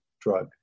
drug